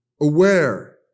aware